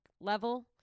level